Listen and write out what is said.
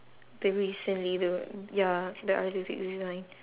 the recently the ya the one